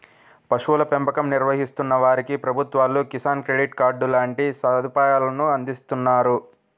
పశువుల పెంపకం నిర్వహిస్తున్న వారికి ప్రభుత్వాలు కిసాన్ క్రెడిట్ కార్డు లాంటి సదుపాయాలను అందిస్తున్నారు